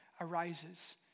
arises